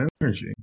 energy